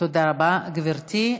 תודה רבה, גברתי.